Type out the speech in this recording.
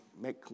Make